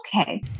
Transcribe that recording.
Okay